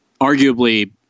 arguably